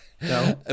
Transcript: no